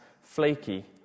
flaky